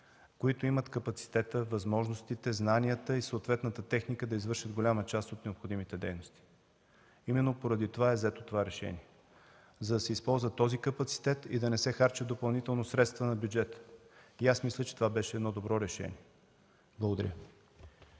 които имат капацитета, възможностите, знанията и съответната техника да извършат голяма част от необходимите дейности. Именно поради това е взето това решение, за да се използва този капацитет и да не се харчат допълнително средства на бюджета. Мисля, че това беше едно добро решение. Благодаря.